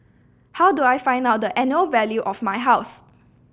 how do I find out the annual value of my house